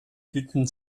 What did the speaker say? hielten